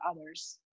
others